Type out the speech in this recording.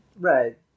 Right